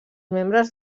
membres